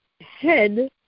head